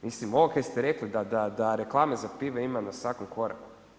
Mislim ovo kaj ste rekli, da reklame za pive ima na svakom koraku.